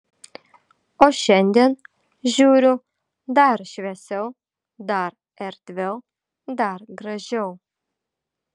o šiandien žiūriu dar šviesiau dar erdviau dar gražiau